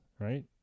right